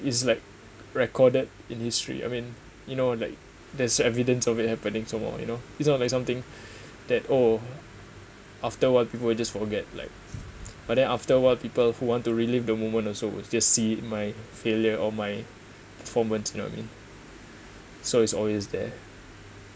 it's like recorded in history I mean you know like there's evidence of it happening some more you know it's not like something that oh after a while people will just forget like but then after awhile people who want to relive the moment also would just see my failure or my performance you know what I mean so it's always there